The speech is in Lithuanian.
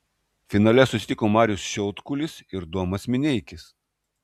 finale susitiko marius šiaudkulis ir domas mineikis